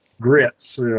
Grits